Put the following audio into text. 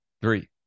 Three